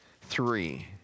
Three